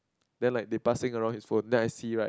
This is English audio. then like they passing around his phone then I see right